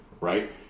right